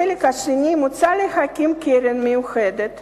בחלק השני מוצע להקים קרן מיוחדת